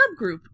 subgroup